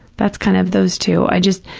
that's kind of those two. i just,